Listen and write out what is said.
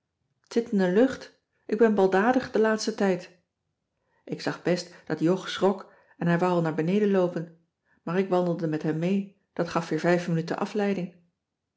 zit in de lucht ik ben baldadig den laatsten tijd ik zag best dat jog schrok en hij wou al naar beneden loopen maar ik wandelde met hem mee dat gaf weer vijf minuten afleiding